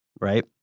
right